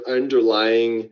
underlying